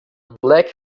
black